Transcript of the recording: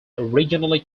originally